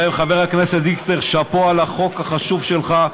לכן, חבר הכנסת דיכטר, שאפו על החוק החשוב שלך.